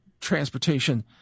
transportation